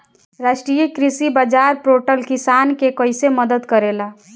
राष्ट्रीय कृषि बाजार पोर्टल किसान के कइसे मदद करेला?